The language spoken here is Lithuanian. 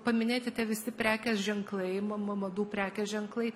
paminėti tie visi prekės ženklai ma ma madų prekės ženklai